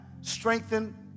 strengthen